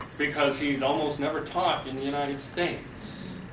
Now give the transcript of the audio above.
because he's almost never taught in the united states,